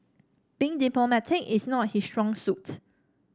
being diplomatic is not his strong suit